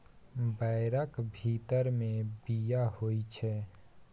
बैरक भीतर मे बीया होइ छै